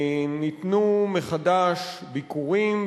ניתנו מחדש ביקורים,